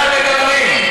על מה אתם מדברים?